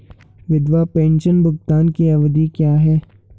विधवा पेंशन भुगतान की अवधि क्या है?